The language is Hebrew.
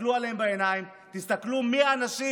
תסתכלו עליהם בעיניים, תסתכלו מי האנשים